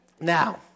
Now